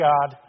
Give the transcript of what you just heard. God